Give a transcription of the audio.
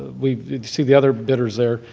we see the other bidders there.